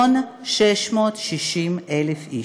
ל-1,660,000 איש,